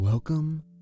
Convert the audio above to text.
Welcome